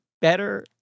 better